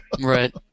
Right